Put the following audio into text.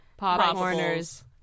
Popcorners